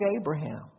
Abraham